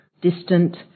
distant